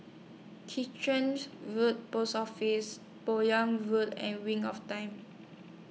Road Post Office Bowyer and Wings of Time